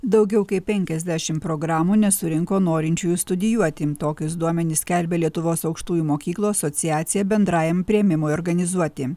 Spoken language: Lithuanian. daugiau kaip penkiasdešim programų nesurinko norinčiųjų studijuoti tokius duomenis skelbia lietuvos aukštųjų mokyklų asociacija bendrajam priėmimui organizuoti